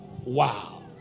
Wow